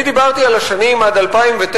אני דיברתי על השנים עד 2009,